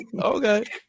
okay